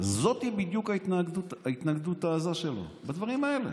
זו בדיוק ההתנגדות העזה שלו, לדברים האלה,